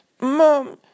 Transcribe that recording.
Mom